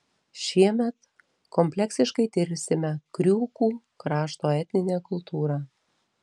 šiemet kompleksiškai tirsime kriūkų krašto etninę kultūrą